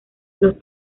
los